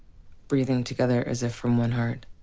breathing together as if from one heart.